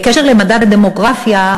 בקשר למדד הדמוגרפיה,